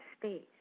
space